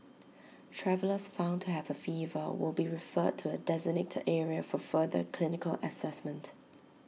travellers found to have A fever will be referred to A designated area for further clinical Assessment